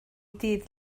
dydd